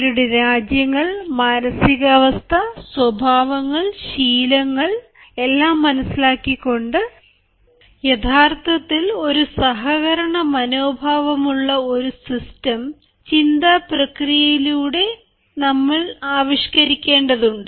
അവരുടെ രാജ്യങ്ങൾ മാനസികാവസ്ഥ സ്വഭാവങ്ങൾ ശീലങ്ങൾ എല്ലാം മനസ്സിലാക്കിക്കൊണ്ട് യഥാർത്ഥത്തിൽ ഒരു സഹകരണ മനോഭാവമുള്ള ഒരു സിസ്റ്റം ചിന്താ പ്രക്രിയയിലൂടെ നമ്മൾ ആവിഷ്കരിക്കേണ്ടതുണ്ട്